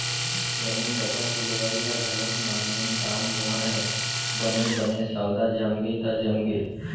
जमीन जघा के लेवई ह घलोक नानमून काम नोहय बने बने सौदा जमगे त जमगे